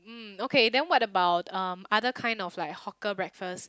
mm okay then what about um other kind of like hawker breakfast